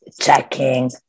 checking